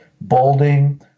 balding